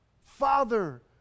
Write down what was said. Father